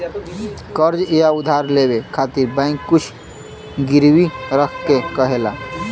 कर्ज़ या उधार लेवे खातिर बैंक कुछ गिरवी रखे क कहेला